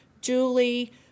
Julie